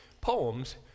poems